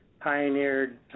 pioneered